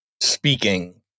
speaking